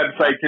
website